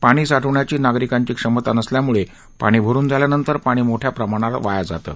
पाणी साठवण्याची नागरिकांची क्षमता नसल्यामुळे पाणी भरुन झाल्या नंतर पाणी मोठ्या प्रमाणावर वाया जाते